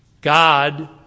God